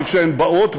אבל כשהן באות,